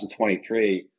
2023